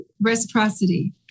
reciprocity